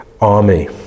army